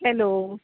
hello